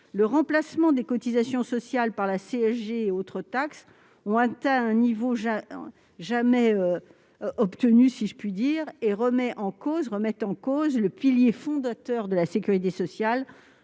Le remplacement des cotisations sociales par la CSG et les autres taxes atteint un niveau jamais égalé et remet en cause le pilier fondateur de la sécurité sociale,